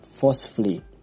forcefully